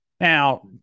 Now